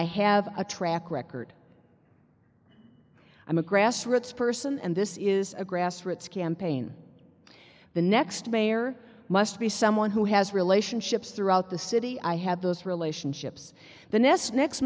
i have a track record i'm a grass roots person and this is a grassroots campaign the next mayor must be someone who has relationships throughout the city i have those relationships